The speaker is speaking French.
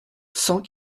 cent